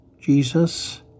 Jesus